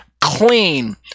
clean